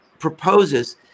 proposes